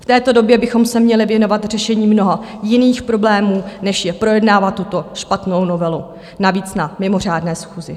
V této době bychom se měli věnovat řešení mnoha jiných problémů, než projednávat tuto špatnou novelu, navíc na mimořádné schůzi.